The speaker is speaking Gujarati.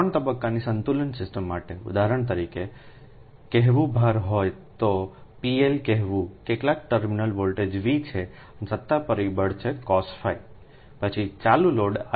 ત્રણ તબક્કાની સંતુલન સિસ્ટમ માટે ઉદાહરણ તરીકેકહેવું ભાર હોય તોPLકહેવું કેટલાક ટર્મિનલ વોલ્ટેજ V છે અને સત્તા પરિબળ છેCOSφ પછી ચાલુ લોડ IL